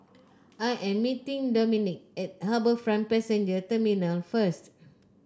I am meeting Dominque at HarbourFront Passenger Terminal first